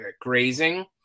grazing